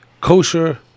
kosher